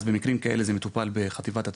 אז במקרים כאלה זה מטופל בחטיבת התביעות,